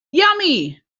yummy